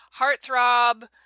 heartthrob